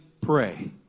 pray